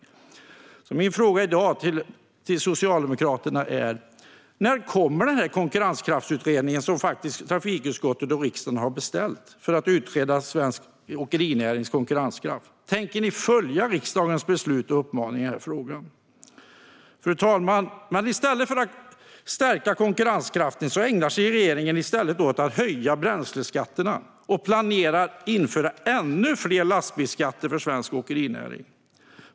Därför är min fråga i dag till Socialdemokraterna: När kommer konkurrenskraftsutredningen, som trafikutskottet och riksdagen har beställt, om svensk åkerinärings konkurrenskraft? Tänker ni följa riksdagens beslut och uppmaning i frågan? Fru talman! I stället för att stärka konkurrenskraften ägnar sig regeringen åt att höja bränsleskatterna och planerar att införa ännu fler lastbilsskatter för svensk åkerinäring.